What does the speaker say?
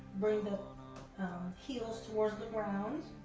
bring the heels towards the ground.